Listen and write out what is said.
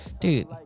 dude